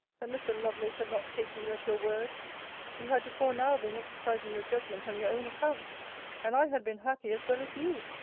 that mr. lovelace had not taken you at your word you had before now been exercising your judgment on your own account and i had been happy as well as you!